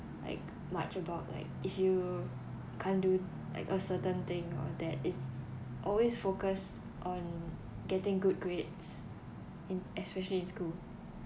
like much about like if you can't do like a certain thing or there is always focus on getting good grades in especially in school